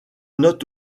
note